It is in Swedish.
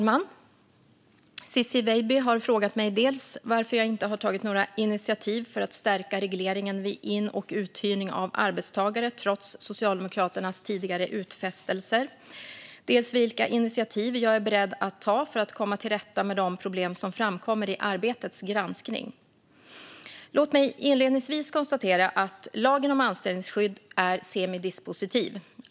Fru talman! har frågat mig dels varför jag inte har tagit några initiativ för att stärka regleringen vid in och uthyrning av arbetstagare trots Socialdemokraternas tidigare utfästelser, dels vilka initiativ jag är beredd att ta för att komma till rätta med de problem som framkommer i Arbetets granskning. Låt mig inledningsvis konstatera att lagen om anställningsskydd är semidispositiv.